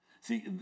See